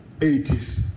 80s